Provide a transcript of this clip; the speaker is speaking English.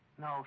No